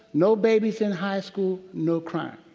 no babies in high school, no crime.